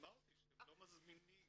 אבל אמרתי שהם לא מזמינים.